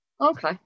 Okay